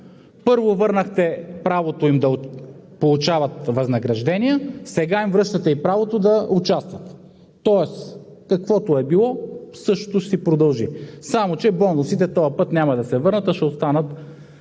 Първо, върнахте правото им да получават възнаграждения, сега им връщате и правото да участват. Тоест, каквото е било, същото ще си продължи, само че бонусите този път няма да се върнат, а ще останат